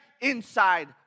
inside